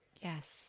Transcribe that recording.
Yes